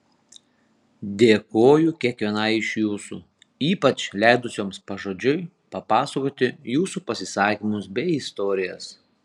dėkoju kiekvienai iš jūsų ypač leidusioms pažodžiui papasakoti jūsų pasisakymus bei istorijas